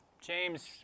James